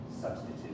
substitute